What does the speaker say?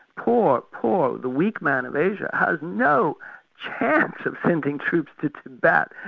poor, poor, the weak man of asia, has no chance of sending troops to tibet,